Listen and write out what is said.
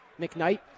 McKnight